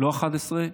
לא 11,